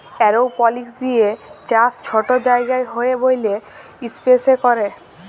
এরওপলিক্স দিঁয়ে চাষ ছট জায়গায় হ্যয় ব্যইলে ইস্পেসে ক্যরে